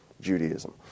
Judaism